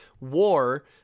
war